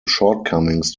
shortcomings